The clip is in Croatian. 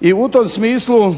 I u tom smislu